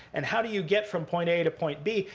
and how do you get from point a to point b?